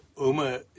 Uma